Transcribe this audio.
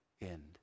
end